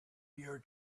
your